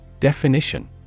Definition